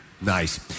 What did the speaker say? Nice